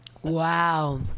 Wow